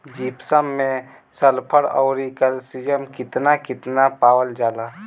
Gypsum मैं sulphur औरी calcium कितना कितना पावल जाला?